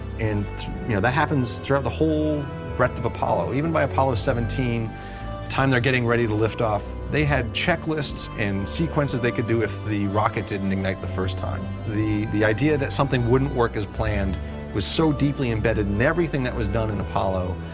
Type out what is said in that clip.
and you know that happens throughout the whole breadth of apollo even by apollo seventeen, the time they're getting ready to lift off, they had checklists and sequences they could do if the rocket didn't ignite the first time. the the idea that something wouldn't work as planned was so deeply embedded in everything that was done in apollo,